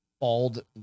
Bald